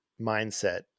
mindset